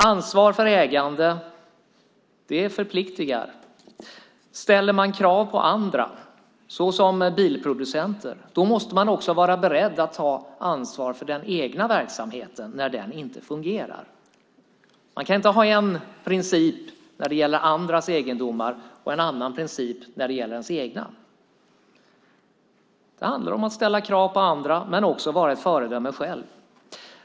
Ansvar för ägande förpliktigar. Ställer man krav på andra, som bilproducenter, måste man också vara beredd att ta ansvar för den egna verksamheten när den inte fungerar. Man kan inte ha en princip när det gäller andras egendomar och en annan princip när det gäller ens egna. Det handlar om att ställa krav på andra men också att vara ett föredöme själv.